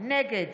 נגד